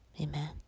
Amen